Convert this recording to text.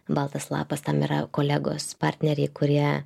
baltas lapas tam yra kolegos partneriai kurie